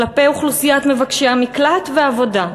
כלפי אוכלוסיית מבקשי המקלט והעבודה.